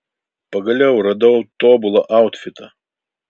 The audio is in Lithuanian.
pagaliau radau tobulą autfitą